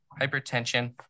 hypertension